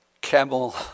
camel